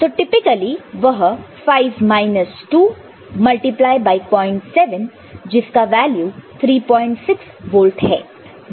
तो टिपिकली वह 5 minus 2 multiply by 07 जिसका वैल्यू 36 वोल्ट है